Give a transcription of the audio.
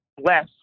less